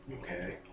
Okay